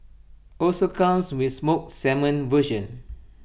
also comes with smoked salmon version